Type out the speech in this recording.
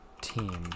team